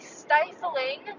stifling